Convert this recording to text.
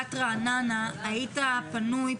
עיריית רעננה היית פנוי,